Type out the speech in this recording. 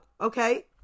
okay